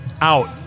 out